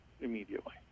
immediately